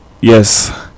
Yes